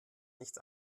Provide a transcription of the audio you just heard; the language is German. nichts